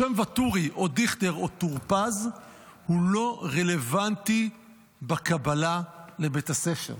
השם ואטורי או דיכטר או טור פז הוא לא רלוונטי בקבלה לבית הספר.